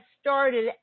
started